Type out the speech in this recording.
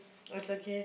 it's okay